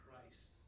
Christ